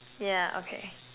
yeah okay